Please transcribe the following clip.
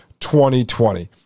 2020